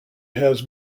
has